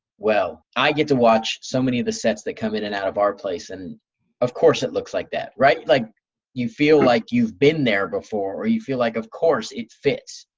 well, i get to watch so many of the sets that come in and out of our place. and of course it looks like that, like you feel like you've been there before or you feel like of course it fits.